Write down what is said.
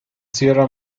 sierra